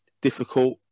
Difficult